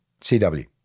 CW